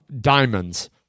Diamonds